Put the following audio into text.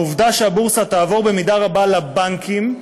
העובדה שהבורסה תעבור במידה רבה לבנקים,